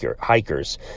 hikers